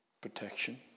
protection